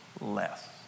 less